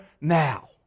now